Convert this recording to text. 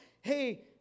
hey